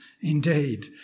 indeed